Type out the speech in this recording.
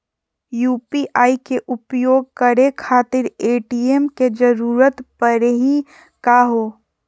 UPI के उपयोग करे खातीर ए.टी.एम के जरुरत परेही का हो?